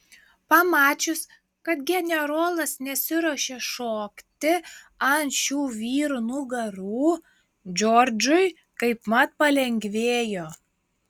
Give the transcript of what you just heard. pamačius kad generolas nesiruošia šokti ant šių vyrų nugarų džordžui kaipmat palengvėjo